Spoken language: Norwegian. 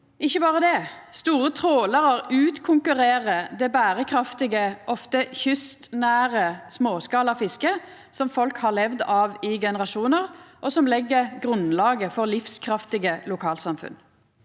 Ikkje berre det: Store trålarar utkonkurrerer det berekraftige og ofte kystnære småskala fisket som folk har levd av i generasjonar, og som legg grunnlaget for livskraftige lokalsamfunn.